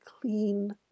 clean